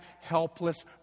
helpless